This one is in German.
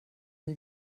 nie